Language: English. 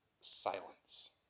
silence